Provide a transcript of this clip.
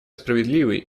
справедливый